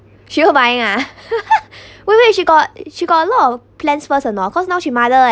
queue buying ah wait wait she got she got a lot of plans first or not cause now she mother eh